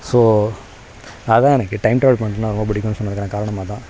so அதுதான் எனக்கு time travel பண்ணுறதுன்னா ரொம்பப் பிடிக்குன்னு சொன்னதுக்கான காரணம் அதுதான்